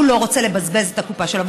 הוא לא רוצה לבזבז את הקופה שלו.